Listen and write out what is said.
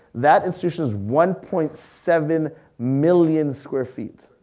that institution is one point seven million square feet.